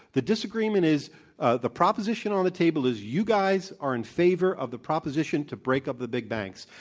the disagreement is ah the proposition on the table is you guys are in favor of the proposition to break up the big banks.